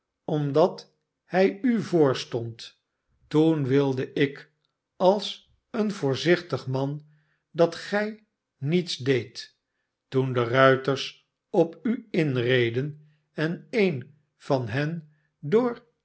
omdat hij u voorstond toen wilde ik als een voorzichtig man dat gij niets deedt toen de ruiters op u inreden en een van hen door